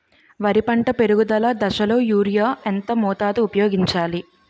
వరి పంట పెరుగుదల దశలో యూరియా ఎంత మోతాదు ఊపయోగించాలి?